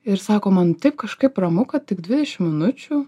ir sako man taip kažkaip ramu kad tik dvidešim minučių